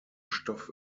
stoff